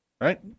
Right